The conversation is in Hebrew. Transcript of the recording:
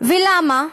ולמה?